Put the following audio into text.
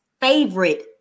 favorite